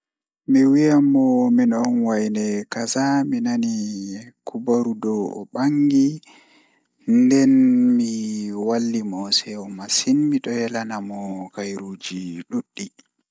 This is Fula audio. Mi wiyan mo min on waine kaza mi nani kubaru dow o bangi nden mi wallimo seyo massin miɗon yelanamo khairuuji ɗuɗɗi